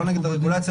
לא נגד הרגולציה,